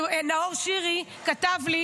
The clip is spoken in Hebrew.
נאור שירי כתב לי.